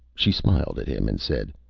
she smiled at him and said,